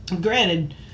granted